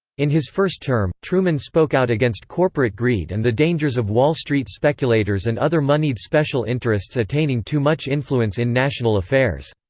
in his first term, truman spoke out against corporate greed and the dangers of wall street speculators and other moneyed special interests attaining too much influence in national affairs.